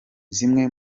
zimwe